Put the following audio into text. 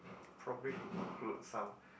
probably include some